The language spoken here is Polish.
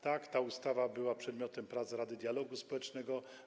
Tak, ta ustawa była przedmiotem prac Rady Dialogu Społecznego.